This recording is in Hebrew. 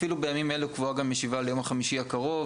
אפילו בימים אלה קבועה גם ישיבה ליום חמישי הקרוב,